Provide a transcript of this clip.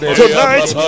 tonight